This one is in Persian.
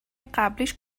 قبلیش